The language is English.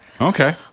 Okay